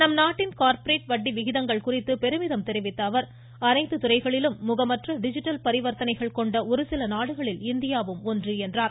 நம் நாட்டின் கார்ப்பரேட் வட்டி விகிதங்கள் குறித்து பெருமிதம் தெரிவித்த அவர் அனைத்து துறைகளிலும் முகமற்ற டிஜிட்டல் பரிவர்த்தனைகள் கொண்ட ஒரு சில நாடுகளில் இந்தியாவும் ஒன்று என்றார்